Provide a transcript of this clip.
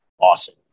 awesome